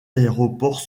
aéroports